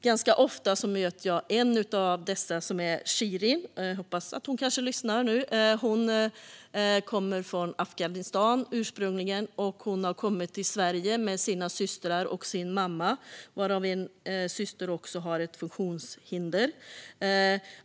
Ganska ofta möter jag en av dessa, Shirin. Jag hoppas att hon lyssnar nu. Hon kommer ursprungligen från Afghanistan och kom till Sverige med sin mamma och sina systrar, varav en har ett funktionshinder.